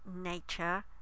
nature